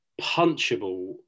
punchable